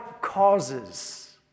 causes